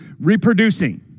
reproducing